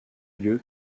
lieu